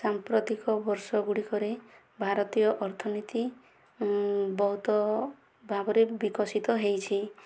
ସାମ୍ପ୍ରତିକ ବର୍ଷ ଗୁଡ଼ିକରେ ଭାରତୀୟ ଅର୍ଥନୀତି ବହୁତ ଭାବରେ ବିକଶିତ ହୋଇଛି